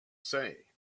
say